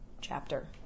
chapter